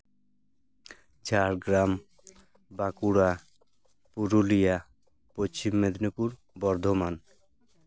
Jhargram Bankura Purulia Paschim Medinipur Bardhaman